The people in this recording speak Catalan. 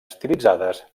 estilitzades